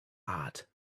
art